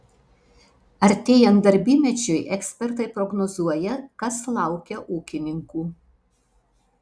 artėjant darbymečiui ekspertai prognozuoja kas laukia ūkininkų